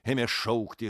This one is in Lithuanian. ėmė šaukti